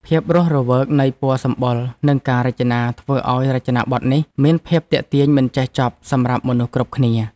ភាពរស់រវើកនៃពណ៌សម្បុរនិងការរចនាធ្វើឱ្យរចនាប័ទ្មនេះ មានភាពទាក់ទាញមិនចេះចប់សម្រាប់មនុស្សគ្រប់គ្នា។